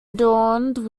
adorned